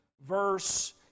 verse